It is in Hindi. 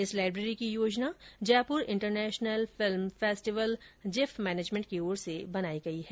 इस लाइब्रेरी की योजना Jaipur international film festival JIFF management की ओर से बनाई गई है